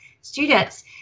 students